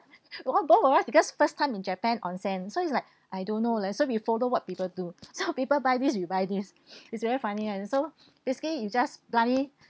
both both of us because first time in japan onsen so it's like I don't know leh so we follow what people do so people buy this we buy this it's very funny ah so basically you just monkey